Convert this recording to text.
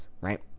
right